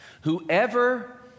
whoever